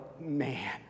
man